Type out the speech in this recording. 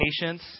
patience